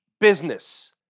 business